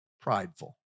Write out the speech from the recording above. prideful